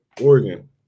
Oregon